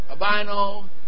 Abino